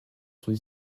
sont